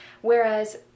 whereas